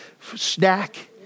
snack